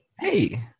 Hey